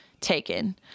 taken